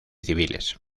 civiles